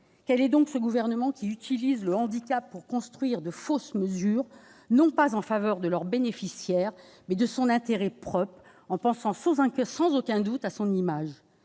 Quel est donc ce gouvernement qui utilise le handicap pour construire de fausses mesures non pas en faveur des bénéficiaires de cette allocation, mais dans son intérêt propre, en pensant sans aucun doute à son image ?